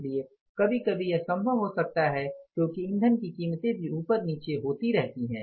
इसलिए कभी कभी यह संभव हो सकता है क्योंकि ईंधन की कीमतें भी ऊपर नीचे होती रहती हैं